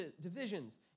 divisions